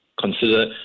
consider